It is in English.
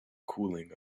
cooling